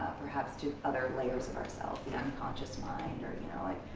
perhaps, to other layers of ourselves, the unconscious mind or you know like,